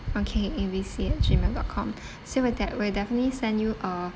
okay A B C at gmail dot com so we'll de~ we'll definitely send you a